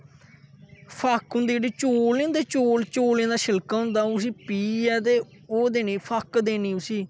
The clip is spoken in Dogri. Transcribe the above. फक्क होंदी जेहडी चौल नेईं होंदे चौल चौलें दा शिलका होंदा ओह् उसी पीहै ऐ ते ओह् देनी फक्क देनी उसी